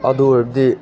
ꯑꯗꯨ ꯑꯣꯏꯔꯗꯤ